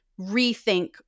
rethink